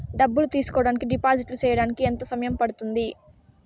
డబ్బులు తీసుకోడానికి డిపాజిట్లు సేయడానికి ఎంత సమయం పడ్తుంది